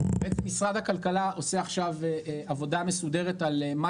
פה בעצם משרד הכלכלה עושה עכשיו עבודה מסודרת על מה